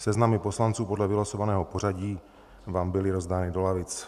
Seznamy poslanců podle vylosovaného pořadí vám byly rozdány do lavic.